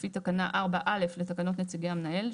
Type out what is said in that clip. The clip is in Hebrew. לפי תקנה 4(א) לתקנות נציגי המנהל,